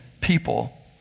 people